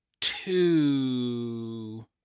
two